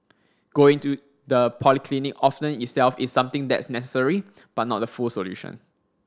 going to the polyclinic often itself is something that's necessary but not the full solution